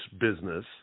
business